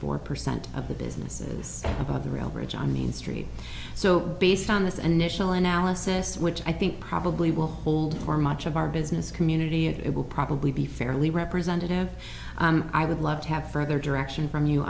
four percent of the businesses of the rail bridge on main street so based on this an initial analysis which i think probably will hold for much of our business community it will probably be fairly representative i would love to have further direction from you